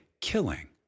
killing